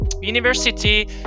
university